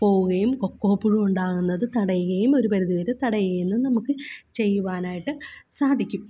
പോവുകയും കൊക്കോ പുഴു ഉണ്ടാകുന്നത് തടയുകയും ഒരുപരിധിവരെ തടയുന്നതും നമുക്ക് ചെയ്യുവാനായിട്ട് സാധിക്കും